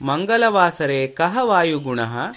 मङ्गलवासरे कः वायुगुणः